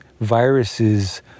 viruses